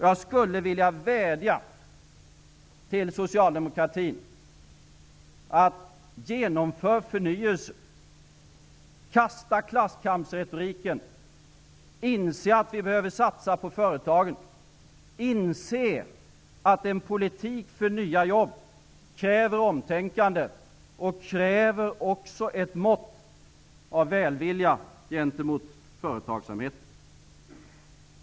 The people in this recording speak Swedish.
Jag skulle vilja vädja till socialdemokratin: Genomför förnyelsen, kasta klasskampsretoriken, inse att vi behöver satsa på företagen och inse att en politik för nya jobb kräver omtänkande och också ett mått av välvilja gentemot företagsamheten!